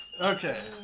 Okay